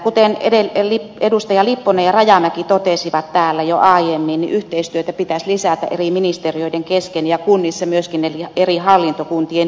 kuten edustajat lipponen ja rajamäki totesivat täällä jo aiemmin niin yhteistyötä pitäisi lisätä eri ministeriöiden kesken ja kunnissa myöskin eri hallintokuntien välillä